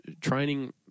Training